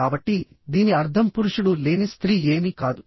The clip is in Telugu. కాబట్టి దీని అర్థం పురుషుడు లేని స్త్రీ ఏమీ కాదు